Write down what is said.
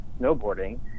snowboarding